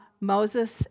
Moses